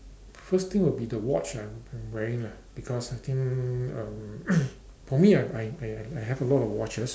first thing would be the watch lah I'm wearing lah because I think um for me I I I have a lot of watches